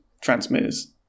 transmitters